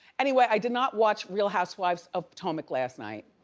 anyway i did not watch real housewives of potomac last night